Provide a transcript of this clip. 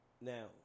Now